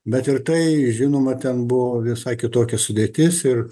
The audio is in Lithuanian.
bet ir tai žinoma ten buvo visai kitokia sudėtis ir